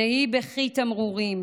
נהי בכי תמרורים,